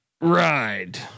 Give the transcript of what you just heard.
ride